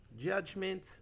Judgment